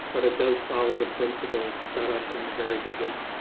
but it does follow the principles set up in the very beginning.